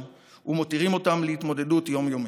ומותירים אותם להתמודדות יום-יומית.